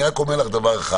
אפרת, זה לא נכון.